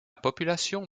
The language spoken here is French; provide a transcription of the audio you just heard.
population